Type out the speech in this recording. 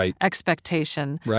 expectation